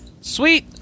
Sweet